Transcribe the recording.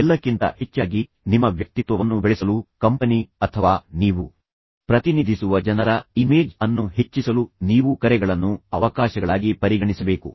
ಎಲ್ಲಕ್ಕಿಂತ ಹೆಚ್ಚಾಗಿ ನಿಮ್ಮ ವ್ಯಕ್ತಿತ್ವವನ್ನು ಬೆಳೆಸಲು ಕಂಪನಿ ಅಥವಾ ನೀವು ಪ್ರತಿನಿಧಿಸುವ ಜನರ ಇಮೇಜ್ ಅನ್ನು ಹೆಚ್ಚಿಸಲು ನೀವು ಕರೆಗಳನ್ನು ಅವಕಾಶಗಳಾಗಿ ಪರಿಗಣಿಸಬೇಕು